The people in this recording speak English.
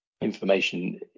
information